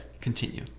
continue